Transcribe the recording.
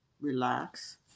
relax